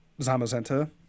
Zamazenta